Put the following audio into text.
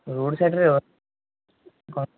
road ସାଇଡ୍ରେ କମ୍